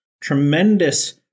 tremendous